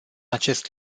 acest